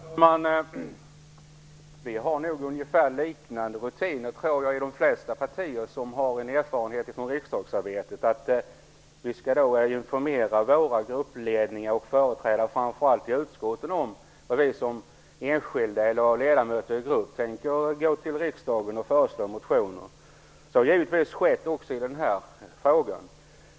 Herr talman! Vi har nog ungefär likadana rutiner i de flesta partier som har erfarenhet från riksdagsarbetet. Vi skall informa våra gruppledningar och företrädare i utskotten om vad vi som enskilda ledamöter eller i grupp tänker föreslå riksdagen i motioner. Så har givetvis skett också i den här frågan.